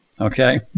okay